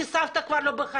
כי סבתא כבר לא בחיים,